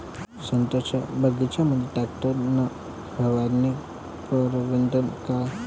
संत्र्याच्या बगीच्यामंदी टॅक्टर न फवारनी परवडन का?